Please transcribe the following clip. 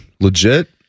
legit